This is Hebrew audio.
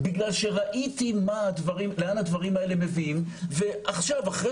בגלל שראיתי לאן הדברים האלה מביאים ועכשיו אחרי